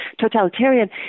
totalitarian